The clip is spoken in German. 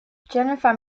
jennifer